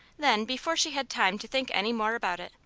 then, before she had time to think any more about it,